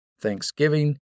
thanksgiving